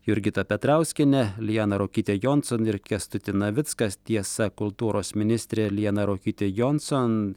jurgitą petrauskienę lianą ruokytę jonson ir kęstutį navicką tiesa kultūros ministrė liana ruokytė jonson